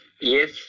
Yes